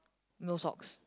no socks